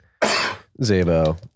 Zabo